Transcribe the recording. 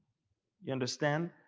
you understand?